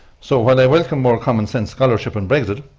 so while i welcome more common sense scholarship in brexit,